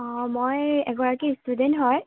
অ মই এগৰাকী ষ্টুডেণ্ট হয়